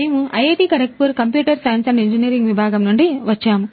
మేము IIT Kharagpur computer science and engineering విభాగం నుండి వచ్చాము